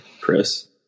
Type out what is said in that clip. Chris